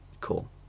Cool